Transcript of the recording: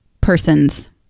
person's